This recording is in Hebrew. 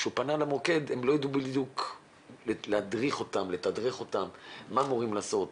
כשהוא פנה למוקד הם לא ידעו בדיוק לתדרך מה הוא אמור לעשות,